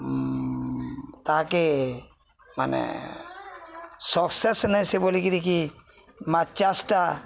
ତାହାକେ ମାନେ ସକ୍ସେସ ନାଁଇ ଆସେ ବୋଲିକିରି କି ମାଛ୍ ଚାଷଟା